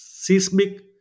seismic